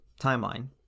Timeline